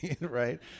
right